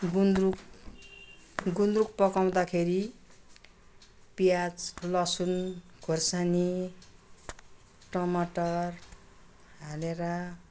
गुन्द्रुक गुन्द्रुक पकाउँदाखेरि प्याज लसुन खुर्सानी टमाटर हालेर